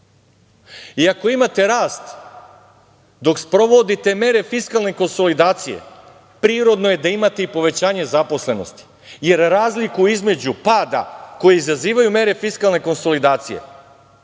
I ako imate rast dok sprovodite mere fiskalne konsolidacije, prirodno je i da imate povećanje zaposlenosti, jer razliku između pada koje izazivaju mere fiskalne konsolidacije